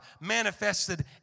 manifested